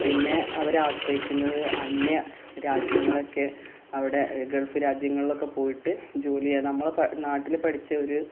പിന്നെ അവരാശ്രയിക്കുന്നത് അന്യ രാജ്യങ്ങളൊക്കെ അവിടെ ഗൾഫ് രാജ്യങ്ങളിലൊക്കെ പോയിട്ട് ജോലിചെയ്യാന് നമ്മളുടെ നാട്ടിൽ പഠിച്ച ഒരു